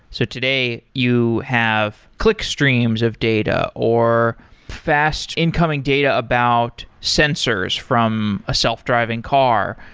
so today you have click streams of data, or fast incoming data about sensors from a self-driving car,